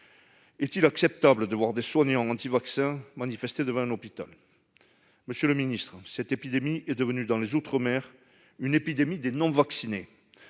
Est-il acceptable de voir des soignants « anti-vaccins » manifester devant un hôpital ? Monsieur le secrétaire d'État, cette épidémie est devenue, dans les outre-mer, une épidémie des « non-vaccinés